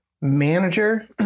manager